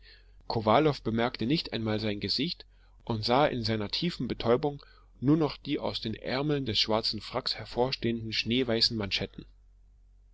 kowalow bemerkte nicht einmal sein gesicht und sah in seiner tiefen betäubung nur noch die aus den ärmeln des schwarzen fracks hervorstehenden schneeweißen manschetten